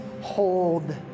hold